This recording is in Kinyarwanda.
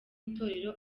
itorero